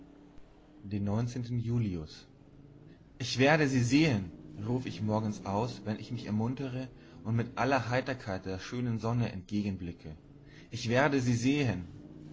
den julius ich werde sie sehen ruf ich morgens aus wenn ich mich ermuntere und mit aller heiterkeit der schönen sonne entgegenblicke ich werde sie sehen